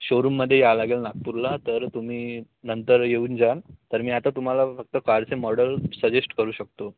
शोरूममध्ये यायं लागेल नागपूरला तर तुम्ही नंतर येऊन जाल तर मी आता तुम्हाला फक्त कारचे मॉडल सजेस्ट करू शकतो